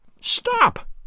Stop